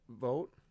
vote